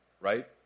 right